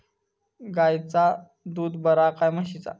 गायचा दूध बरा काय म्हशीचा?